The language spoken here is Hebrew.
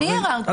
אני ערערתי.